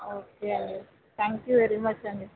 okay అండి thank you very much అండి